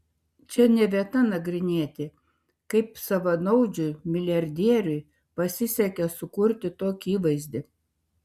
čia ne vieta nagrinėti kaip savanaudžiui milijardieriui pasisekė sukurti tokį įvaizdį